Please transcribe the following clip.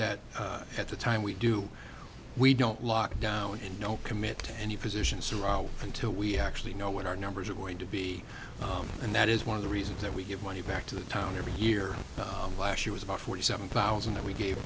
that at the time we do we don't lock down and don't commit any positions around until we actually know what our numbers are going to be and that is one of the reasons that we give money back to the town every year last year was about forty seven thousand that we gave